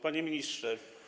Panie Ministrze!